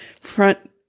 front